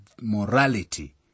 morality